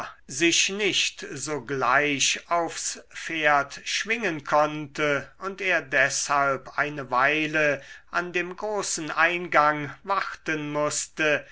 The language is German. sich nicht sogleich aufs pferd schwingen konnte und er deshalb eine weile an dem großen eingang warten mußte